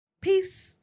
peace